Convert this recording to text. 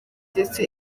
ndetse